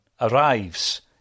arrives